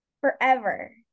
Forever